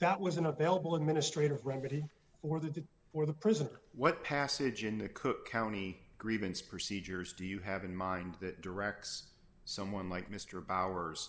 that was an available administrative remedy or the did or the prisoner what passage in the cook county grievance procedures do you have in mind that directs someone like mr bowers